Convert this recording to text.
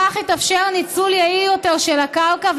בכך יתאפשר ניצול יעיל יותר של הקרקע,